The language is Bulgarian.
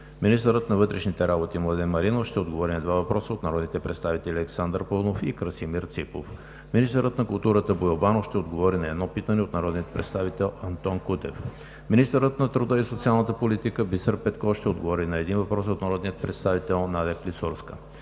Министърът на вътрешните работи Младен Маринов ще отговори на два въпроса от народните представители Александър Паунов и Красимир Ципов. 5. Министърът на културата Боил Банов ще отговори на едно питане от народния представител Антон Кутев. 6. Министърът на труда и социалната политика Бисер Петков ще отговори на един въпрос от народния представител Надя Клисурска.